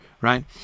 right